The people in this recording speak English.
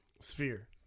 Sphere